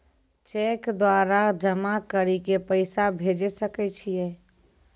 Cheque द्वारा जमा करि के पैसा भेजै सकय छियै?